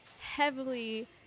heavily